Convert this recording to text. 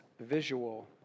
visual